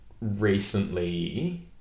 recently